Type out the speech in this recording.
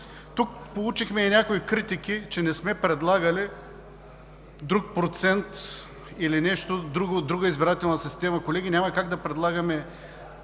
Тук получихме и някои критики, че не сме предлагали друг процент или нещо друго – друга избирателна система. Колеги, няма как да предлагаме